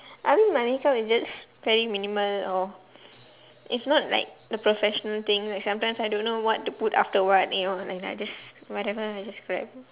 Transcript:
I don't have any cause it's just very minimal or it's not like the professional thing like sometimes I don't know what to put after what you know like I just whatever I just grab